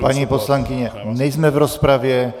Paní poslankyně, nejsme v rozpravě.